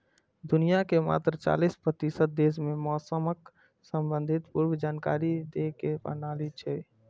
दुनिया के मात्र चालीस प्रतिशत देश मे मौसम संबंधी पूर्व जानकारी दै के प्रणाली छै